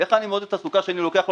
איך אני מעודד תעסוקה כשאני לוקח לו